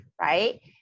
right